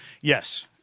Yes